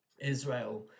Israel